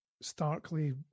starkly